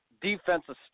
defensive